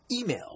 Email